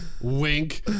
Wink